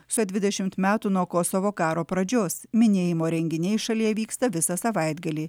suėjo dvidešimt metų nuo kosovo karo pradžios minėjimo renginiai šalyje vyksta visą savaitgalį